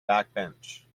backbench